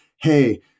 Hey